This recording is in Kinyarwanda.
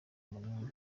umunani